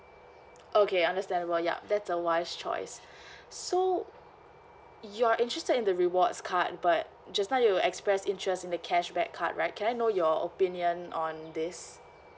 okay I understand well yup that's a wise choice so you're interested in the rewards card but just now you express interest in the cashback card right can I know your opinion on this